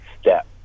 step